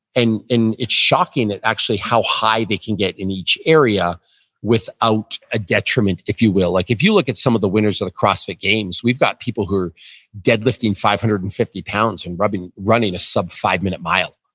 and it's shocking that actually how high they can get in each area without a detriment, if you will. like if you look at some of the winners of the crossfit games, we've got people who are dead lifting five hundred and fifty pounds and running running a sub five minute mile.